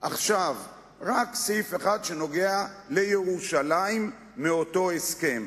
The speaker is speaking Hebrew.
עכשיו רק סעיף אחד בנושא ירושלים מאותו הסכם.